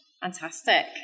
Fantastic